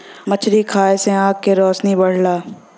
मछरी खाये से आँख के रोशनी बढ़ला